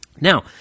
Now